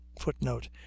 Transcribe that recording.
footnote